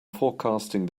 forecasting